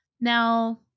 Now